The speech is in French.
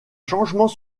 changement